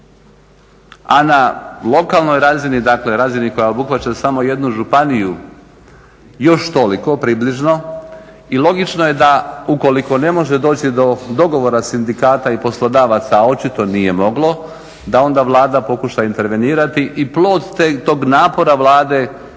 a na lokalnoj razini dakle razini koja obuhvaća samo jednu županiju još toliko približno logično je da ukoliko ne može doći do dogovora sindikata i poslodavaca, a očito nije moglo, da onda Vlada pokuša intervenirati i plod tog napora Vlade